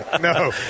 No